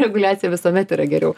reguliacija visuomet yra geriau